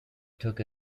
took